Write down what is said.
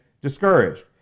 discouraged